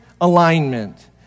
alignment